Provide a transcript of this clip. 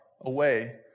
away